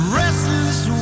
restless